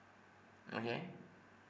okay